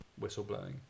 whistleblowing